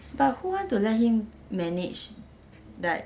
but who want to let him manage like